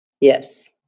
Yes